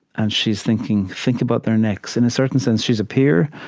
and she's thinking, think about their necks. in a certain sense, she's a peer.